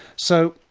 so,